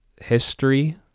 history